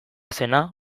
zena